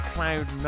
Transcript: Cloud